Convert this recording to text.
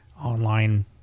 online